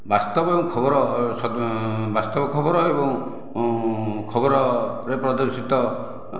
ବାସ୍ତବ ଖବର ସଦ ବାସ୍ତବ ଖବର ଏବଂ ଖବରରେ ପ୍ରଦର୍ଶିତ